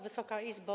Wysoka Izbo!